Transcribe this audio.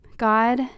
God